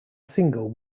single